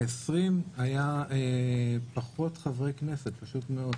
ב-2020 היו פחות חברי כנסת, פשוט מאוד.